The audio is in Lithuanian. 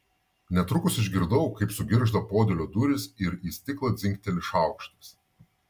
netrukus išgirdau kaip sugirgžda podėlio durys ir į stiklą dzingteli šaukštas